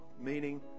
Meaning